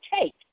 take